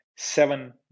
seven